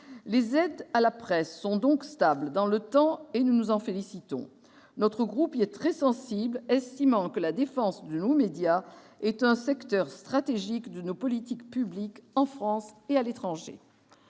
Les aides à la presse sont donc stables dans le temps, et nous nous en félicitons. Notre groupe y est très sensible, estimant que la défense de nos médias est un secteur stratégique de nos politiques publiques en France et à l'étranger.